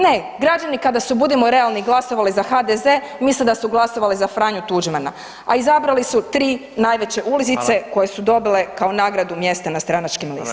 Ne, građani kada su, budimo realni, glasovali za HDZ misle da su glasovali za Franju Tuđmana, a izabrali su tri najveće ulizice koje su dobile kao nagradu mjesta na stranačkim listama.